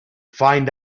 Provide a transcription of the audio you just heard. find